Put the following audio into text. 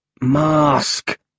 Mask